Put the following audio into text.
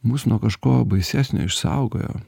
mus nuo kažko baisesnio išsaugojo